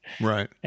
Right